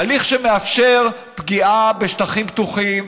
הליך שמאפשר פגיעה בשטחים פתוחים,